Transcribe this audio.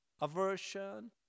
aversion